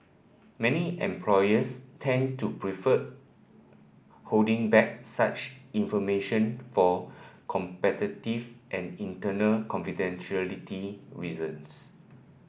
many employers tend to prefer holding back such information for competitive and internal confidentiality reasons